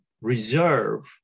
reserve